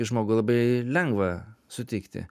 žmogų labai lengva sutikti